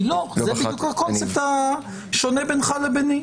זה בדיוק הקונספט השונה בינך לביני.